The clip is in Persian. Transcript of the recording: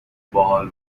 باحال